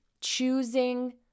Choosing